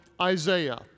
Isaiah